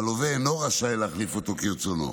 והלווה אינו רשאי להחליף אותו כרצונו.